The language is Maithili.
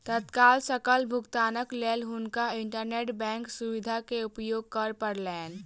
तत्काल सकल भुगतानक लेल हुनका इंटरनेट बैंकक सुविधा के उपयोग करअ पड़लैन